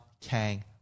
Kang